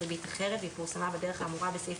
ריבית אחרת והיא פורסמה בדרך האמורה בסעיף